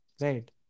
right